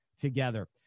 together